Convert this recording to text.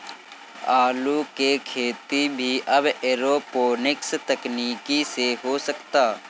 आलू के खेती भी अब एरोपोनिक्स तकनीकी से हो सकता